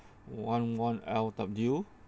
one one L W